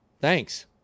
Thanks